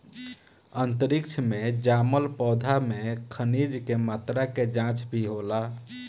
अंतरिक्ष में जामल पौधा में खनिज के मात्रा के जाँच भी होला